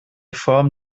form